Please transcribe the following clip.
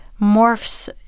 morphs